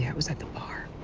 yeah was at the bar.